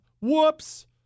Whoops